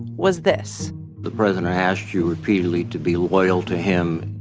was this the president asked you repeatedly to be loyal to him